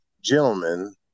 Gentlemen